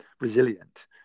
resilient